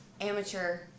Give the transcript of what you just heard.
amateur